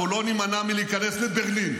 אנחנו לא נימנע מלהיכנס לברלין,